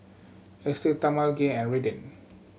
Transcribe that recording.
Estell Talmage and Redden